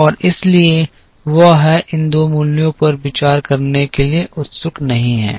और इसलिए वह है इन 2 मूल्यों पर विचार करने के लिए उत्सुक नहीं है